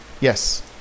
Yes